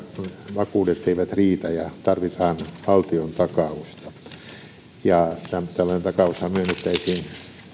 vakuudet eivät riitä ja tarvitaan valtiontakausta tällainen takaushan myönnettäisiin